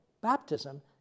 baptism